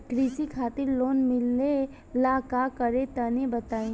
कृषि खातिर लोन मिले ला का करि तनि बताई?